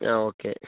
ആ ഓക്കെ